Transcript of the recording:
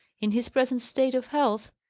in his present state of health,